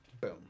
Boom